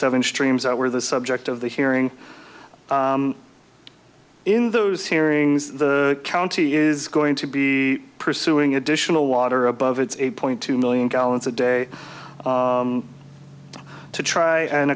seven streams that were the subject of the hearing in those hearings the county is going to be pursuing additional water above its eight point two million gallons a day to try and